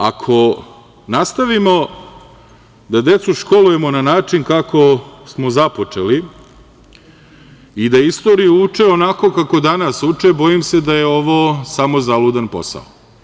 Ako nastavimo da decu školujemo na način kako smo započeli i da istoriju uče onako kako danas uče, bojim se da je ovo samo zaludan posao.